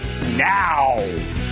now